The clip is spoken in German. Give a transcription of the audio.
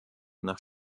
nach